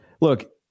look